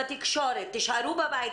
בתקשורת תישארו בבית,